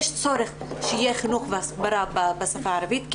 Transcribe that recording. יש צורך שיהיה חינוך והסברה בשפה הערבית כי